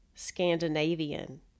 Scandinavian